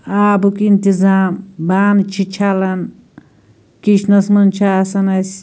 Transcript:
آبُک انتظام بانہٕ چھِ چھَلان کِچنَس منٛز چھُ آسان اسہِ